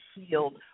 healed